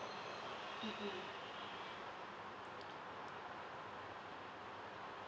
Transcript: mm mm